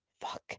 Fuck